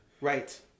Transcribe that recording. Right